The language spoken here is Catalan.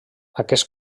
aquest